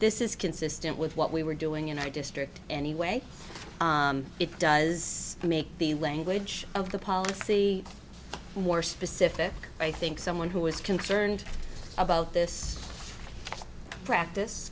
this is consistent with what we were doing in our district anyway it does make the language of the policy more specific i think someone who was concerned about this practice